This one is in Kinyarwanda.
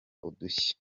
udushya